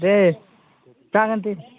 दे जागोन दे